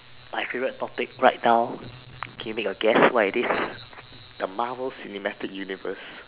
my favourite topic right now can you make a guess what it is the Marvel cinematic universe